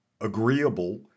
agreeable